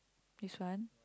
this one